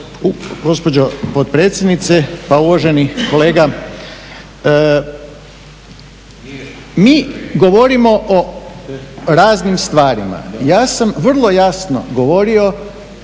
gospođo potpredsjednice. Pa uvaženi kolega, mi govorimo o raznim stvarima. Ja sam vrlo jasno govorio